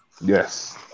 Yes